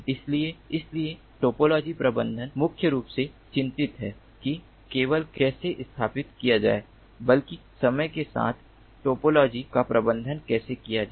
इसलिए इसलिए टोपोलॉजी प्रबंधन मुख्य रूप से चिंतित है कि न केवल कैसे स्थापित किया जाए बल्कि समय के साथ टोपोलॉजी का प्रबंधन कैसे किया जाए